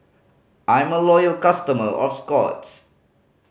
I'm a loyal customer of Scott's